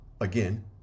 Again